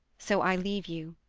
so i leave you.